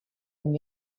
and